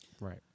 Right